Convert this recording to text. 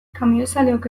kamioizaleok